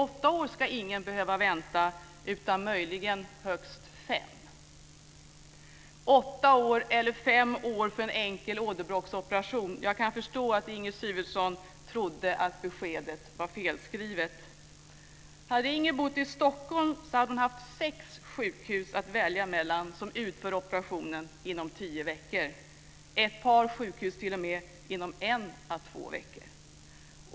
Åtta år ska ingen behöv vänta - möjligen högst fem. Åtta år eller fem år för en enkel åderbråcksoperation - jag kan förstå att Inger Syvertsson trodde att beskedet var felskrivet. Hade Inger bott i Stockholm hade hon haft sex sjukhus att välja mellan som utför operationen inom tio veckor - ett par sjukhus t.o.m. inom en à två veckor.